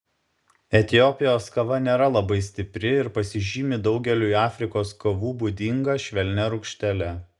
etiopijos kava nėra labai stipri ir pasižymi daugeliui afrikos kavų būdinga švelnia rūgštele